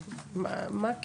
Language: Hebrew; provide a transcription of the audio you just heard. מה,